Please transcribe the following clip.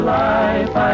life